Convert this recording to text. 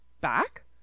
back